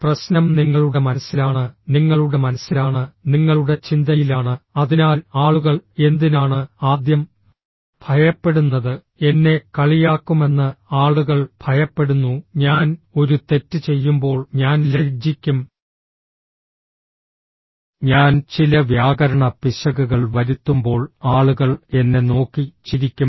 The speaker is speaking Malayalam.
പ്രശ്നം നിങ്ങളുടെ മനസ്സിലാണ് നിങ്ങളുടെ മനസ്സിലാണ് നിങ്ങളുടെ ചിന്തയിലാണ് അതിനാൽ ആളുകൾ എന്തിനാണ് ആദ്യം ഭയപ്പെടുന്നത് എന്നെ കളിയാക്കുമെന്ന് ആളുകൾ ഭയപ്പെടുന്നു ഞാൻ ഒരു തെറ്റ് ചെയ്യുമ്പോൾ ഞാൻ ലജ്ജിക്കും ഞാൻ ചില വ്യാകരണ പിശകുകൾ വരുത്തുമ്പോൾ ആളുകൾ എന്നെ നോക്കി ചിരിക്കും